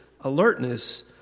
alertness